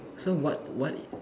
so what what